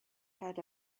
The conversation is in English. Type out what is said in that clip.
had